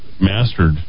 mastered